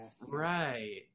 right